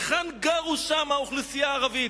היכן גרה שם האוכלוסייה הערבית?